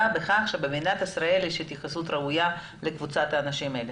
בכך שבמדינת ישראל יש התייחסות ראויה לקבוצת האנשים האלה.